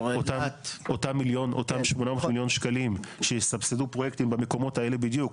אותם 800 מיליון שקלים שיסבסדו פרויקטים במקומות האלה בדיוק,